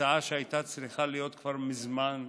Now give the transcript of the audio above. הצעה שהייתה צריכה להיות כבר מזמן,